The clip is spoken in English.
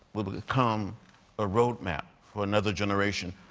will become a road map for another generation.